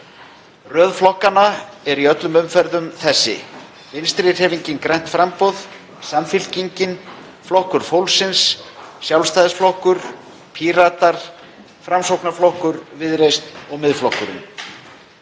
Röð flokkanna er í öllum umferðum þessi: Vinstrihreyfingin – grænt framboð, Samfylkingin, Flokkur fólksins, Sjálfstæðisflokkur, Píratar, Framsóknarflokkur, Viðreisn og Miðflokkurinn.